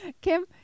Kim